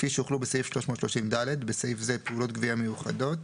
כפי שהוחלו בסעיף 330ד (בסעיף זה - פעולות גבייה מיוחדות)